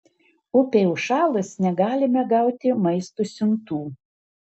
upei užšalus negalime gauti maisto siuntų